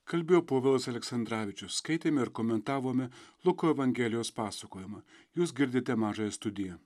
kalbėjo povilas aleksandravičius skaitėme ir komentavome luko evangelijos pasakojimą jūs girdite mažąją studiją